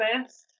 best